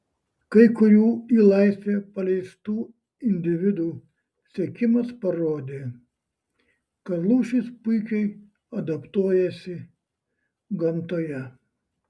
kai kurių į laisvę paleistų individų sekimas parodė kad lūšys puikiai adaptuojasi gamtoje